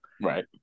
Right